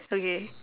okay